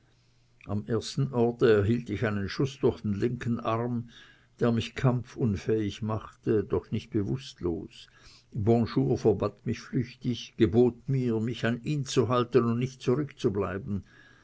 am ersten orte erhielt ich einen schuß durch den linken arm der mich kampfunfähig machte doch nicht bewußtlos bonjour verband mich flüchtig gebot mir mich an ihn zu halten und nicht zurückzubleiben